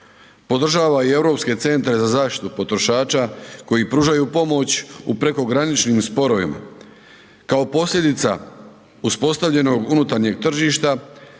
Podržava i Europske centre za zaštitu potrošača koji pružaju pomoć u prekograničnim sporovima. Kao posljedica uspostavljenog unutarnjeg tržišta,